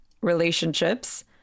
relationships